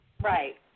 Right